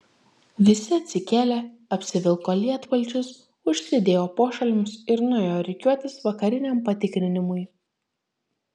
visi atsikėlė apsivilko lietpalčius užsidėjo pošalmius ir nuėjo rikiuotis vakariniam patikrinimui